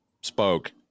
spoke